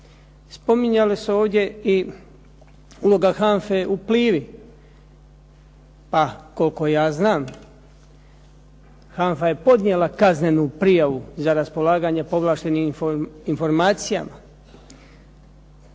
Spominjali su se ovdje i uloga HANFA-e u "Plivi", a koliko ja znam HANFA je podnijela kaznenu prijavu za raspolaganje povlaštenih informacijama